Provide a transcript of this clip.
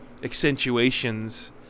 accentuations